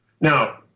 Now